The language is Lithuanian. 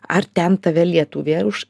ar ten tave lietuvė už